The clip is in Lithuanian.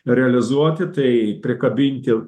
realizuoti tai prikabinti